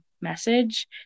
message